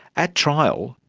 at trial,